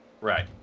Right